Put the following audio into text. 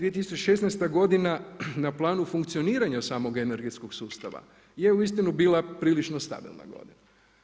2016. godina na planu funkcioniranja samo energetskog sustava je uistinu bila prilično stabilna godina.